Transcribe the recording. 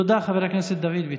תודה חבר הכנסת דוד ביטן.